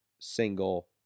single